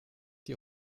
die